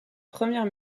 première